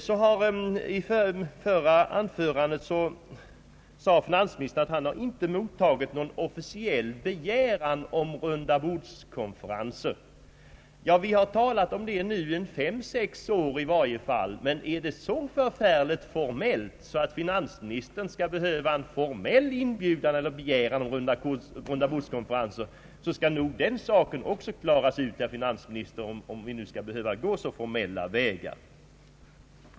Finansministern sade i sitt förra anförande, att han inte mottagit någon officiell begäran om rundabordskonferenser. Vi har talat om detta nu under fem, sex år i varje fall, men om det skall behöva gå så formellt till väga att finansministern skall ha en formell begäran om rundabordskonferenser, skall nog den saken kunna klaras ut, herr finansminister.